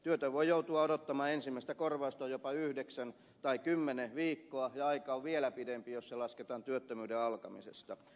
työtön voi joutua odottamaan ensimmäistä korvaustaan jopa yhdeksän tai kymmenen viikkoa ja aika on vielä pidempi jos se lasketaan työttömyyden alkamisesta